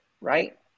right